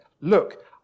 look